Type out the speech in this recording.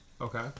Okay